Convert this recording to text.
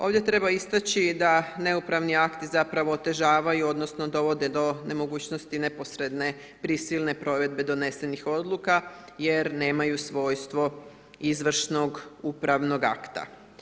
Ovdje treba istaći da neupravni akti zapravo otežavaju odnosno dovode do nemogućnosti neposredne prisilne provedbe donesenih odluka jer nemaju svojstvo izvršnog upravnog akta.